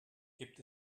gibt